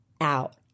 out